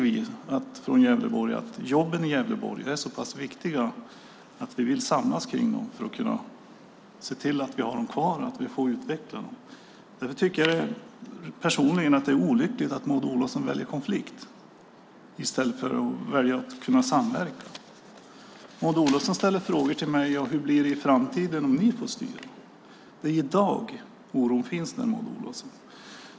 Vi från Gävleborg tycker att jobben i Gävleborg är så pass viktiga att vi vill samlas kring dem för att kunna se till att vi har dem kvar och får utveckla dem. Jag tycker personligen att det är olyckligt att Maud Olofsson väljer konflikt i stället för samverkan. Maud Olofsson ställer frågor till mig: Hur blir det i framtiden om ni får styra? Det är i dag oron finns, Maud Olofsson.